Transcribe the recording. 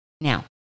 Now